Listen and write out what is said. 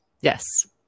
Yes